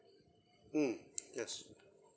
mm yes